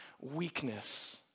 weakness